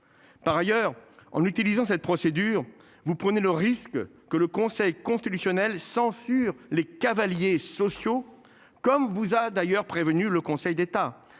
Par ailleurs, en utilisant cette procédure, vous prenez le risque que le Conseil constitutionnel censure les cavaliers sociaux comme vous a d'ailleurs prévenu le Conseil d'État.